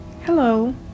Hello